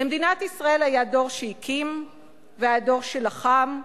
למדינת ישראל היה דור שהקים והיה דור שלחם,